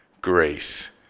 grace